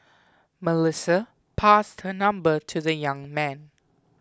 Melissa passed her number to the young man